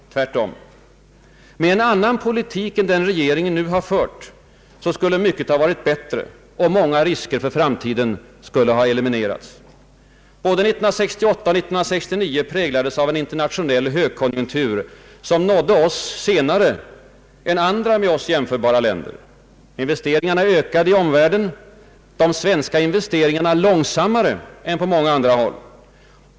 Tvärtom! Med en annan politik än den regeringen nu har fört skulle mycket ha varit bättre, och många risker för framtiden skulle ha kunnat elimineras. Både 1968 och 1969 präglades av internationell högkonjunktur, som nådde oss senare än andra med oss jämförbara länder. Investeringarna ökade i omvärlden; de svenska investeringarna långsammare än på många andra håll.